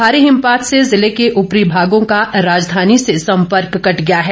मारी हिमपात से जिले के उपरी भागों का राजधानी से सम्पर्क कट गया है